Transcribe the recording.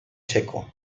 checo